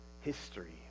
history